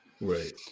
Right